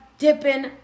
dipping